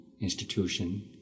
institution